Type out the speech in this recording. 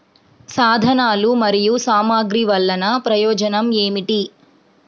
సాధనాలు మరియు సామగ్రి వల్లన ప్రయోజనం ఏమిటీ?